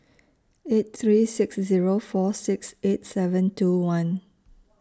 eight three six Zero four six eight seven two one